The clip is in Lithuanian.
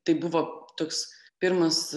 tai buvo toks pirmas